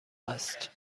است